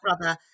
brother